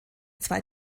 zwei